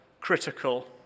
critical